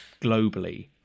globally